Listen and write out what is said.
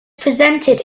presented